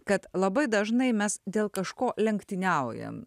kad labai dažnai mes dėl kažko lenktyniaujam